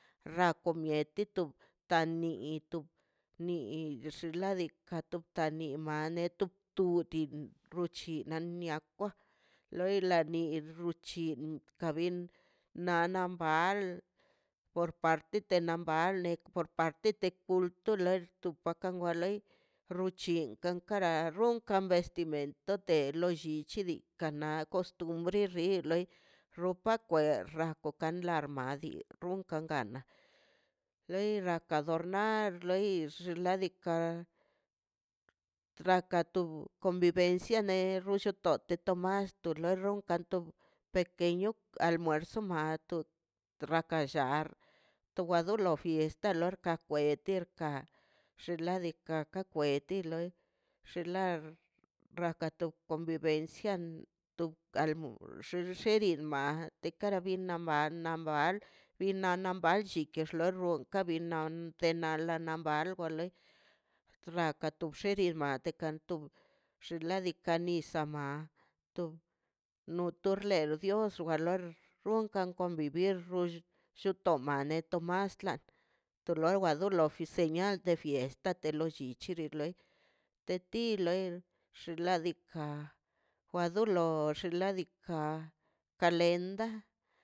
Ako mieti tob tanii tu nii xnaꞌ diikaꞌ ta nimalə tu tu rudin chinna nia akwa loi la rai niw kuchin kabin na nambal por partə de nambalə por parte de kultul tu pakan wa loi rruchin gan kara ronkan vestimenta de lollichili diika na costumbre rie loi ropa kwan rokwan la rmadi ronkan kadia loi laka adornar loi xin ladika traka tu convivencia ne rollitote tomasto le rrunkan to pequeño almuerzo maato rrakan llal to wado lo fiesta barka cuete ka xinladika ka cuete xin la rrakata convivencia to ka mol llillleli ma te kara binka mal na mbal na nlliken xno bol ka bil nan ka bi na nal ambai loi traka to bxe ni la nakan kanto bxin ladikan bin bisama to no tob lei dios war loi ronkan convivir xoto ma neto maztlan tor loi do lo fiesta señal de fiesta te lo llichi xi loi de ti loi xiladika wa lo do xinladika kalenda.